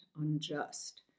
unjust